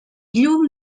llum